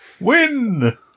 Win